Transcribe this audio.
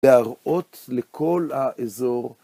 בהראות לכל האזור.